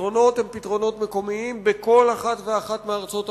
הפתרונות הם פתרונות מקומיים בכל אחת ואחת מארצות העולם,